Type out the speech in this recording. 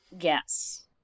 Yes